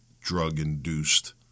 drug-induced